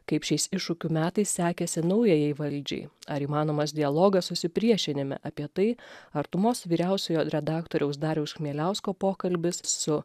kaip šiais iššūkių metais sekėsi naujajai valdžiai ar įmanomas dialogas susipriešinime apie tai artumos vyriausiojo redaktoriaus dariaus chmieliausko pokalbis su